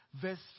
verse